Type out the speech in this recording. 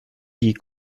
die